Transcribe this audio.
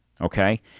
Okay